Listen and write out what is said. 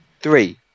Three